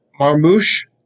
Marmouche